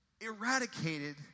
eradicated